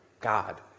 God